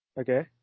Okay